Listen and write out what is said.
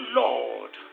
lord